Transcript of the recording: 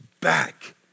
back